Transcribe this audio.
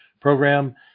program